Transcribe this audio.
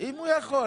מי בעד ההצעה?